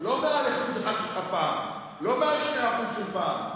לא מעל 1% של פעם, לא מעל 2% של פעם.